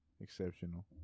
exceptional